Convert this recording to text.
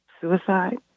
suicide